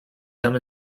come